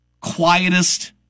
quietest